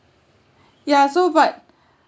ya so but